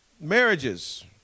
Marriages